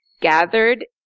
gathered